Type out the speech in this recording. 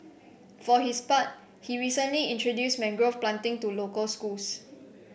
for his part he recently introduced mangrove planting to local schools